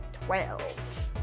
Twelve